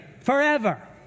Forever